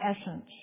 essence